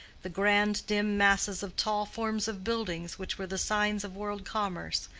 the grand dim masses of tall forms of buildings which were the signs of world-commerce,